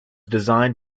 designed